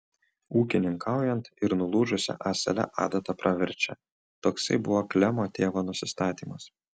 ūkininkaujant ir nulūžusia ąsele adata praverčia toksai buvo klemo tėvo nusistatymas